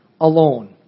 alone